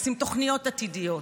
לשים תוכניות עתידיות,